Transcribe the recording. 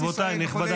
חבר הכנסת טופורובסקי,